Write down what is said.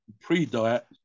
pre-diet